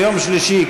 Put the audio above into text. ביום שלישי,